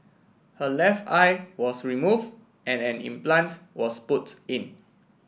her left eye was removed and an implants was put in